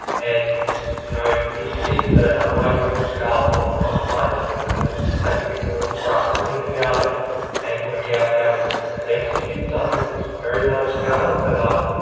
and you know, if things are way beyond the scale of what we can apply to it, then and it's going to take a bit more for us to think about and and work out how we we could execute something that's very large scale. but um,